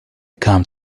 come